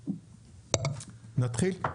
נתחיל.